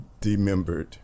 demembered